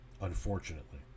unfortunately